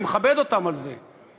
אני מכבד אותם על זה.